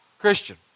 Christian